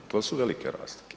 To su velike razlike.